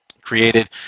created